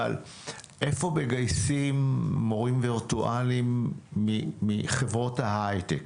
אבל איפה מגייסים מורים וירטואליים מחברות ההייטק,